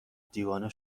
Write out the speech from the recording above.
دیوانه